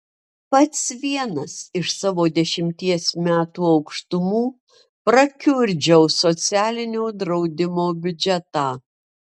pats vienas iš savo dešimties metų aukštumų prakiurdžiau socialinio draudimo biudžetą